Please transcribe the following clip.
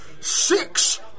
Six